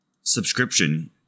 subscription